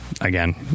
again